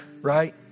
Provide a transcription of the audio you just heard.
right